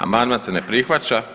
Amandman se ne prihvaća.